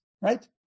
right